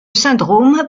syndrome